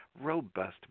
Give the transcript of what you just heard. robust